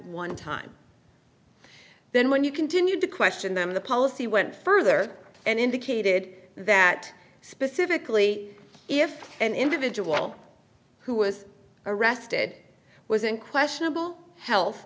one time then when you continued to question them the policy went further and indicated that specifically if an individual who was arrested was in questionable health